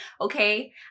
Okay